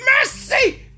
Mercy